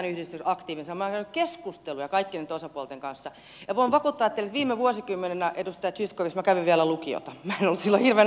minä olen käynyt keskusteluja kaikkien näitten osapuolten kanssa ja voin vakuuttaa teille että viime vuosikymmenellä edustaja zyskowicz minä kävin vielä lukiota